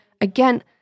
Again